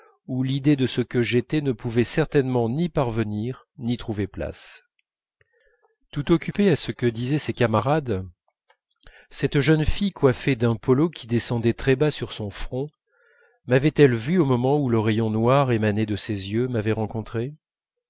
où l'idée de ce que j'étais ne pouvait certainement ni parvenir ni trouver place tout occupée à ce que disaient ses camarades cette jeune fille coiffée d'un polo qui descendait très bas sur son front mavait elle vu au moment où le rayon noir émané de ses yeux m'avait rencontré